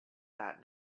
that